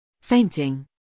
fainting